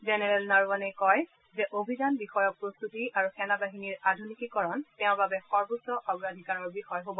general নৰৱণেই কয় যে অভিযান বিষয়ক প্ৰস্তুতি আৰু সেনাবাহিনীৰ আধুনিকীকৰণ তেওঁৰ বাবে সৰ্বোচ্চ অগ্ৰাধিকাৰৰ বিষয় হ'ব